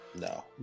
No